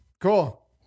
Cool